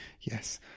Yes